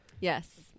Yes